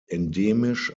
endemisch